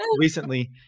recently